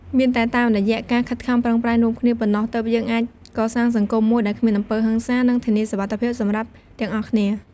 មានតែតាមរយៈការខិតខំប្រឹងប្រែងរួមគ្នាប៉ុណ្ណោះ ទើបយើងអាចកសាងសង្គមមួយដែលគ្មានអំពើហិង្សា និងធានាសុវត្ថិភាពសម្រាប់ទាំងអស់គ្នា។